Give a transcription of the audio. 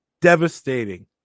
devastating